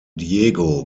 diego